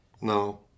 No